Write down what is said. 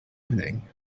evening